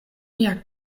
mia